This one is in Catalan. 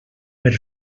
per